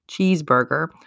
cheeseburger